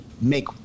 make